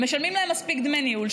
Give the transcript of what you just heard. משלמים להם מספיק דמי ניהול,